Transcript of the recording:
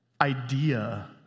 idea